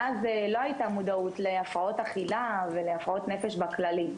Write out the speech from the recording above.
אז לא הייתה מודעות להפרעות אכילה ולהפרעות נפש בכללי,